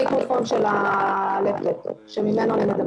יותר.